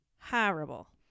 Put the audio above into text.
horrible